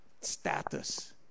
status